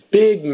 big